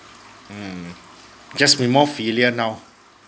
mm just be more filial now